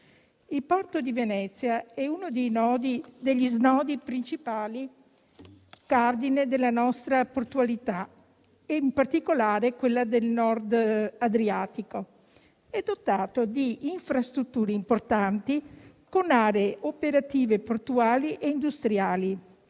Il porto di Venezia è uno degli snodi principali cardine della nostra portualità, in particolare di quella del Nord Adriatico. È dotato di infrastrutture importanti, con aree operative, portuali e industriali